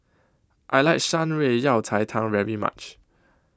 I like Shan Rui Yao Cai Tang very much